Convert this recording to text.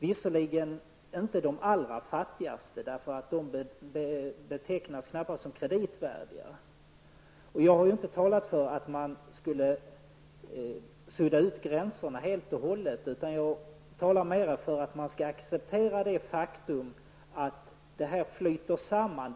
Visserligen gäller det inte de allra fattigaste länderna, de betraktas knappast som kreditvärdiga. Jag har inte talat för att man skulle sudda ut gränserna helt och hållet. Jag talar mera för att man skall acceptera det faktum att begreppen flyter samman.